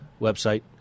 website